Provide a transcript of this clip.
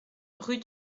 rue